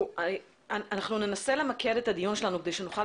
אנחנו ננסה למקד את הדיון שלנו כדי שנוכל